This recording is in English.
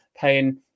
paying